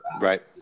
Right